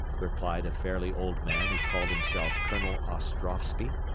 replied a fairly old man who called himself colonel ostrovsky.